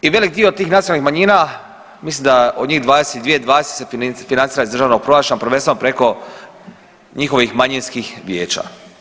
I velik dio tih nacionalnih manjina mislim da od njih 22, 20 financira iz državnog proračuna, prvenstveno preko njihovih manjinskih vijeća.